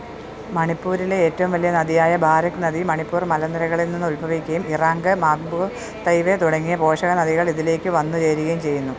മണിപ്പൂരിലെ ഏറ്റവും വലിയ നദിയായ ബാരക് നദി മണിപ്പൂർ മലനിരകളിൽ നിന്ന് ഉത്ഭവിക്കുകയും ഇറാംഗ് മാഗ്മ്പൂ തൈവൈ തുടങ്ങിയ പോഷക നദികൾ ഇതിലേക്ക് വന്നുചേരുകയും ചെയ്യുന്നു